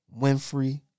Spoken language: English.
Winfrey